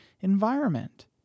environment